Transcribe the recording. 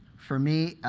for me,